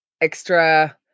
extra